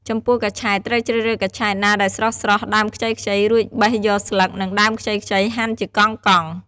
ចំពោះកញ្ឆែតត្រូវជ្រើសរើសកញ្ឆែតណាដែលស្រស់ៗ ដើមខ្ចីៗ រួចបេះយកស្លឹក និងដើមខ្ចីៗ ហាន់ជាកង់ៗ។